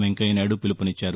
Venkaiah Naidu పీలుపునిచ్చారు